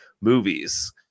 movies